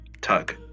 tug